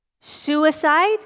suicide